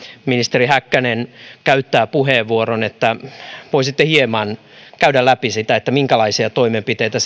ministeri häkkänen käyttää puheenvuoron voisitte hieman käydä läpi sitä minkälaisia toimenpiteitä